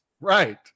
Right